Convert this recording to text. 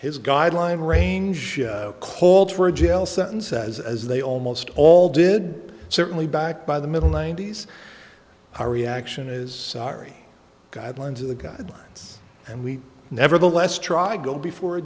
his guideline range called for a jail sentence says as they almost all did certainly back by the middle ninety's our reaction is sorry guidelines of the guidelines and we nevertheless try go before a